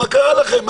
מה קרה לכם?